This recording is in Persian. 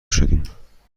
شدیم